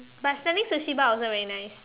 but standing Sushi bar also very nice